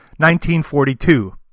1942